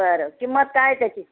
बरं किंमत काय आहे त्याची